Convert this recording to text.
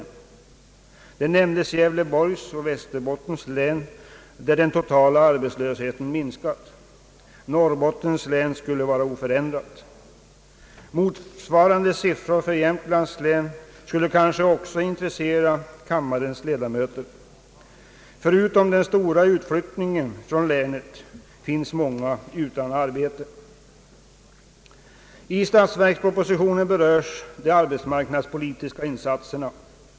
Inrikesministern nämnde Gävleborgs och Västerbottens län, där den totala arbetslösheten minskat. I Norrbottens län skulle läget vara oförändrat. Motsvarande siffror för Jämtlands län skulle kanske också intressera kammarens ledamöter. Trots den stora utflyttningen från länet finns det många som är utan arbete. I statsverkspropositionen berörs de arbetsmarknadspolitiska insatserna.